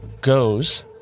goes